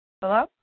Hello